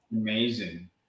amazing